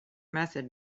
method